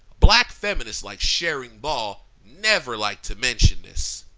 black feminists like charing ball never like to mention this.